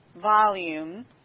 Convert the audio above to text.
volume